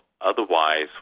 otherwise